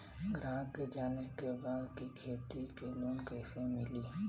ग्राहक के जाने के बा की खेती पे लोन कैसे मीली?